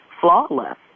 flawless